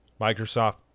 microsoft